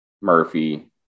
Murphy